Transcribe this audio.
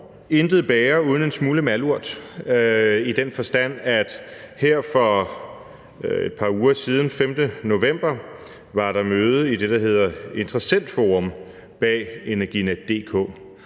intet bæger uden en smule malurt i den forstand, at der her for et par uger siden, den 5. november, var møde i det, der hedder Interessentforum bag Energinet,